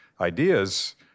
ideas